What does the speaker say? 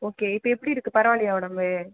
okay இப்போ எப்படி இருக்கு பரவாலையா உடம்பு